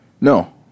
No